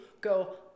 go